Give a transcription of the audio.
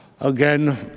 Again